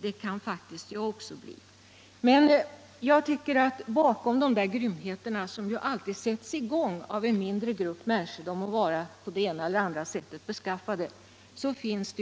Det kan faktiskt också jag bli. Men jag tycker att man skall ta hänsyn till att det bakom dessa grymheter, som ju alltid sätts i gång av en mindre grupp av människor —- de må vara beskaffade på det ena eller det andra sättet — ofta finns